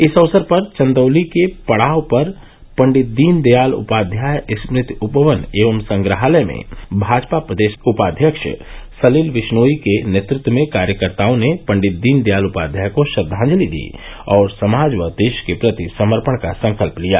इस अवसर पर चन्दौली के पड़ाव पर पंडित दीन दयाल उपाध्याय स्मृति उपवन एवं संग्रहालय में भाजपा प्रदेश उपाध्यक्ष सलिल विश्नोई के नेतृत्व में कार्यकर्ताओं ने पंडित दीन दयाल को श्रद्वाजंति दी और समाज व देश के प्रति समर्पण का संकल्प लिया